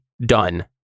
done